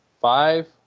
Five